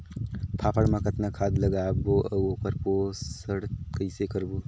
फाफण मा कतना खाद लगाबो अउ ओकर पोषण कइसे करबो?